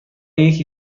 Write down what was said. یکی